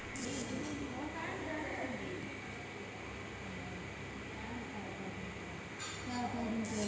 ತಿಂಗಳ ಎಷ್ಟನೇ ದಿನಾಂಕ ಮೊದಲು ಲೋನ್ ನನ್ನ ಕಟ್ಟಬೇಕು?